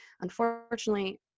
unfortunately